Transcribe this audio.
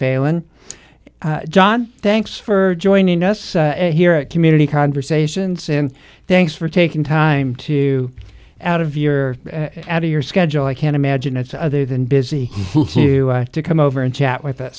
failon john thanks for joining us here at community conversations and thanks for taking time to out of your out of your schedule i can't imagine it's other than busy to come over and chat with u